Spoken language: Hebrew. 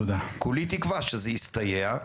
כולי תקווה שזה יסתייע.